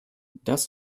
das